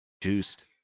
juiced